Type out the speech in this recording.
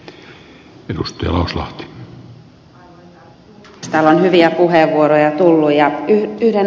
täällä on hyviä puheenvuoroja tullut